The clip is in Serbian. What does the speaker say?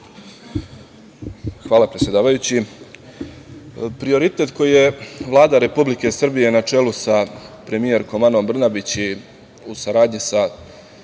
Hvala, predsedavajući. Prioritet koji je Vlada Republike Srbije, na čelu sa premijerkom Anom Brnabić i u saradnji,